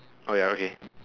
oh ya okay